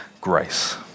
grace